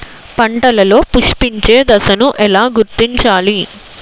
పంటలలో పుష్పించే దశను ఎలా గుర్తించాలి?